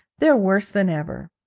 they're worse than ever